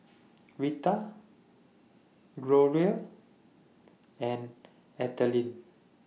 Vita Gloria and Adriene